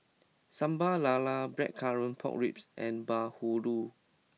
Sambal Lala Blackcurrant Pork Ribs and Bahulu